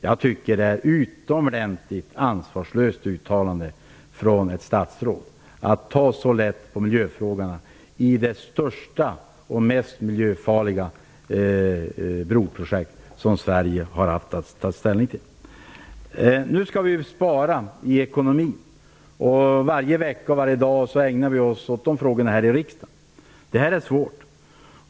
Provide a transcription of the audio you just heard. Jag tycker att det är ett utomordentligt ansvarslöst uttalande från ett statsråd, om hon tar så lätt på miljöfrågorna i det största och mest miljöfarliga broprojekt som Sverige har haft att ta ställning till. Nu skall vi spara i ekonomin; varje vecka och varje dag ägnar vi oss åt de frågorna i riksdagen. Det här är svårt.